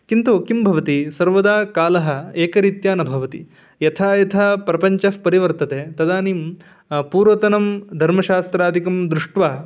किन्तु किं भवति सर्वदा कालः एकरीत्या न भवति यथा यथा प्रपञ्चःपरिवर्तते तदानीं पूर्वतनं धर्मशास्त्रादिकं दृष्ट्वा